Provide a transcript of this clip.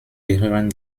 gehören